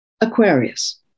Aquarius